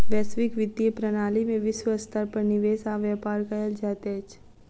वैश्विक वित्तीय प्रणाली में विश्व स्तर पर निवेश आ व्यापार कयल जाइत अछि